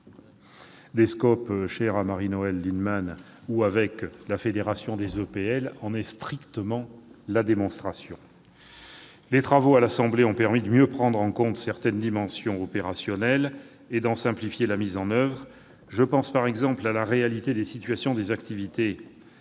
des SCOP, chère à Marie-Noëlle Lienemann, ou avec la fédération des EPL, en est la stricte démonstration. Les travaux à l'Assemblée nationale ont permis de mieux prendre en compte certaines dimensions opérationnelles et d'en simplifier la mise en oeuvre. Je pense, par exemple, à la réalité des situations des activités